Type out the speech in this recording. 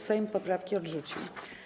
Sejm poprawki odrzucił.